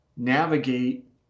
navigate